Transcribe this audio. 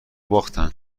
باختن